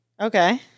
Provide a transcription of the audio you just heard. Okay